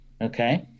Okay